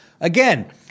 Again